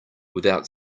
without